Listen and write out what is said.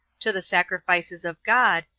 to the sacrifices of god,